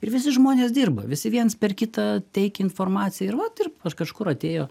ir visi žmonės dirba visi viens per kitą teikia informaciją ir vat ir pas kažkur atėjo